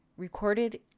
Recorded